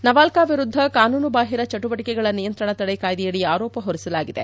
ನವಾಲ್ಡಾ ವಿರುದ್ಧ ಕಾನೂನುಬಾಹಿರ ಚಟುವಟಿಕೆಗಳ ನಿಯಂತ್ರಣ ತಡೆ ಕಾಯ್ದೆಯಡಿ ಆರೋಪ ಹೊರಿಸಲಾಗಿದೆ